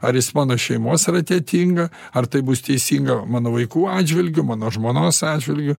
ar jis mano šeimos rate tinka ar tai bus teisinga mano vaikų atžvilgiu mano žmonos atžvilgiu